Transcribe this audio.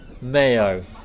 mayo